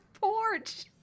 porch